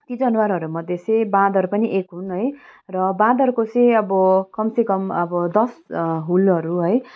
ती जनावरहरूमध्ये चाहिँ बाँदर पनि एक हुन् है र बाँदरको चाहिँ अब कमसेकम अब दस हुलहरू है